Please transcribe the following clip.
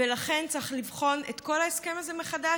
ולכן צריך לבחון את כל ההסכם הזה מחדש.